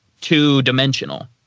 two-dimensional